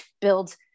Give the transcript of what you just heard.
build